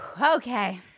Okay